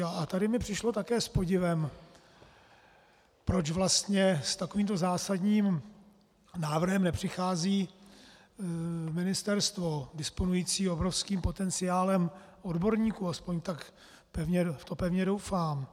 A tady mi přišlo také s podivem, proč vlastně s takovýmto zásadním návrhem nepřichází ministerstvo disponující obrovským potenciálem odborníků, aspoň v to pevně doufám.